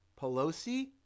Pelosi